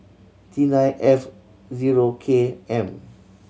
T nine F zero K M